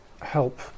help